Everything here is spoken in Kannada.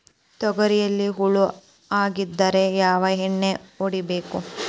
ತೊಗರಿಯಲ್ಲಿ ಹುಳ ಆಗಿದ್ದರೆ ಯಾವ ಎಣ್ಣೆ ಹೊಡಿಬೇಕು?